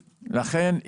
לכן,